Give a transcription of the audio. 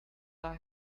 the